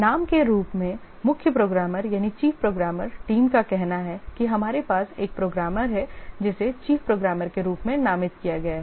नाम के रूप में मुख्य प्रोग्रामर टीम का कहना है कि हमारे पास एक प्रोग्रामर है जिसे मुख्य प्रोग्रामर के रूप में नामित किया गया है